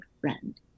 friend